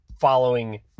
following